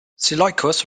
seleucus